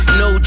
no